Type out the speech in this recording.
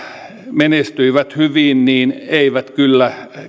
menestyivät hyvin eivät kyllä